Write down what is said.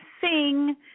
sing